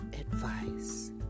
advice